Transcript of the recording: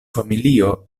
familio